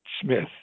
Smith